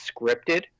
scripted